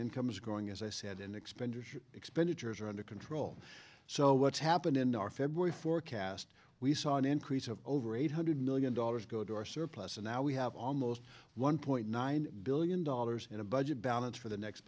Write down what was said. income is growing as i said and expenditure expenditures are under control so what's happened in our february forecast we saw an increase of over eight hundred million dollars go to our surplus and now we have almost one point nine billion dollars in a budget balance for the next